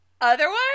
otherwise